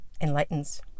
enlightens